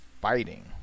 fighting